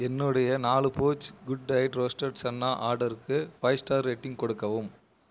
என்னுடைய நாலு pouch good diet roasted chana ஆர்டருக்கு ஃபை ஸ்டார் ரேட்டிங் கொடுக்கவும்